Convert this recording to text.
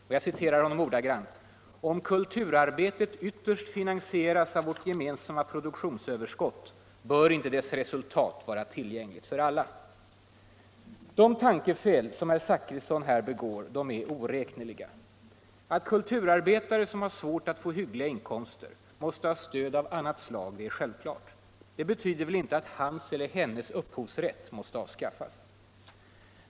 Ordagrant sade han: ”Om kulturarbetet ytterst finansieras av vårt gemensamma produktionsöverskott, bör inte dess resultat vara tillgängligt för alla?” De tankefel som herr Zachrisson begår är oräkneliga. Att kulturarbetare som har svårt att få hyggliga inkomster måste ha stöd av annat slag är självklart. Det betyder väl inte att hans eller hennes upphovsrätt måste avskaffas.